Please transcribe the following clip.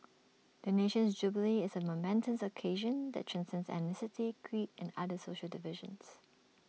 the nation's jubilee is A momentous occasion that transcends ethnicity creed and other social divisions